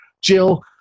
Jill